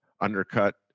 undercut